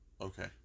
Okay